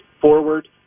forward